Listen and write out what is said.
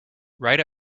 write